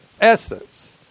Essence